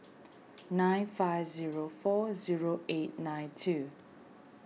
nine five zero four zero eight nine two